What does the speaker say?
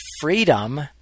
freedom